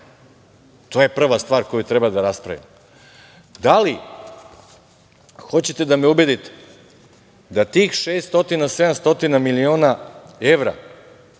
To je prva stvar koju treba da raspravimo. Da li hoćete da me ubedite da tih 600, 700 miliona evra,